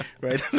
right